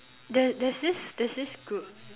there there's this there's this group